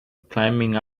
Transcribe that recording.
climbing